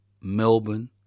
Melbourne